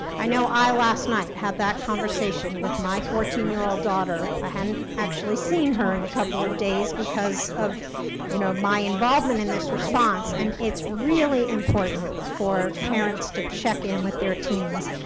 i know i last night had that conversation with my fourteen year old daughter. i hadn't actually seen her in a couple of days because of you know my involvement in this response, and it's really important for parents to check-in with their teens.